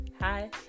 hi